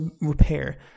repair